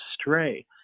stray